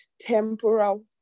temporal